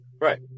Right